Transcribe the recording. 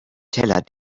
teller